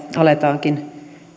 aletaankin